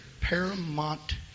paramount